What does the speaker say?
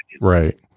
Right